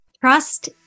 Trust